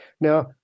Now